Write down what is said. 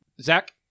Zach